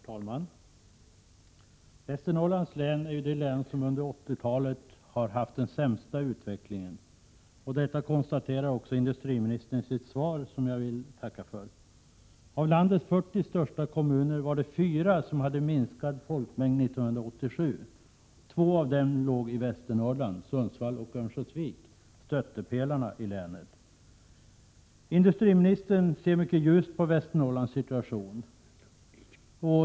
Herr talman! Västernorrlands län är det län som under 80-talet haft den sämsta utvecklingen. Detta konstaterar industriministern också i sitt svar, som jag vill tacka för. Av landets 40 största kommuner var det fyra som hade minskad folkmängd 1987. Två av dem ligger i Västernorrland, nämligen Sundsvall och Örnsköldsvik, stöttepelarna i länet. Industriministern ser mycket ljust på Västernorrlands situation.